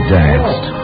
danced